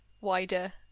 wider